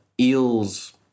eels